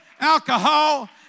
alcohol